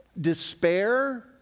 despair